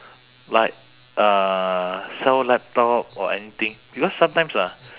like uh sell laptop or anything because sometimes ah